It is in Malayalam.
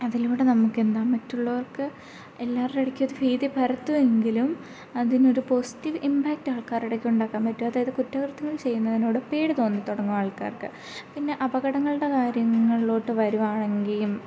അതിലൂടെ നമുക്കെന്താ മറ്റുള്ളവർക്ക് എല്ലാവരുടെ ഇടയ്ക്കും അത് ഭീതി പരത്തുമെങ്കിലും അതിനൊരു പോസിറ്റീവ് ഇമ്പാക്ട് ആൾക്കാരുടെ ഇടയ്ക്കുണ്ടാകാൻ പറ്റും അതായത് കുറ്റകൃത്യങ്ങൾ ചെയ്യുന്നതിനോട് പേടിതോന്നി തുടങ്ങും ആൾക്കാർക്ക് പിന്നെ അപകടങ്ങളുടെ കാര്യങ്ങളിലോട്ട് വരികയാണെങ്കിലും